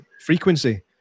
Frequency